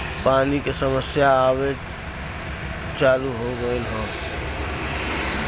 पानी के समस्या आवे चालू हो गयल हौ